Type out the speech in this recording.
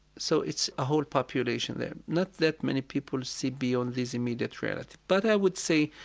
so it's a whole population there. not that many people see beyond this immediate reality. but i would say